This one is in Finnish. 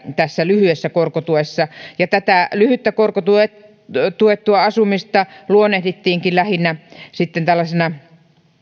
tässä lyhyessä korkotuessa tätä lyhyttä korkotuettua asumista luonnehdittiinkin lähinnä sitten tällaisena